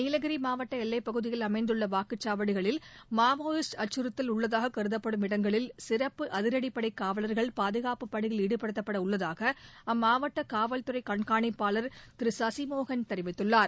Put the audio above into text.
நீலகிரி மாவட்ட எல்லைப்பகுதியில் அமைந்துள்ள வாக்குச் சாவடிகளில் மாவோயிஸ்ட் அச்சறுத்தல் உள்ளதாகக் கருதப்படும் இடங்களில் சிறப்பு அதிரடிப்படை காவல்கள் பாதுகாப்புப் பணியில் ஈடுபடுத்தப்பட உள்ளதாக அம்மாவட்ட காவல்துறை கண்காணிப்பாளர் திரு சசிமோகன் தெரிவித்துள்ளார்